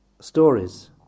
stories